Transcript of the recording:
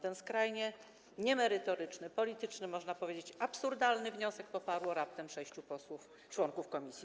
Ten skrajnie niemerytoryczny, polityczny - można powiedzieć - absurdalny wniosek poparło raptem sześcioro posłów członków komisji.